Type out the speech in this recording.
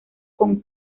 con